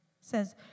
says